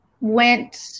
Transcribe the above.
went